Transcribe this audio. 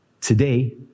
Today